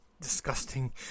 disgusting